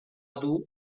dur